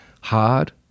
hard